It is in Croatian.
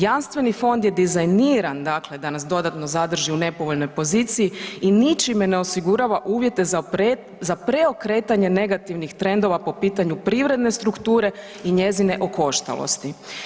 Jamstveni fond je dizajniran, dakle da nas dodatno zadrži u nepovoljnoj poziciji i ničime ne osigurava uvjete za preokretanje negativnih trendova po pitanju privredne strukture i njezine okoštalosti.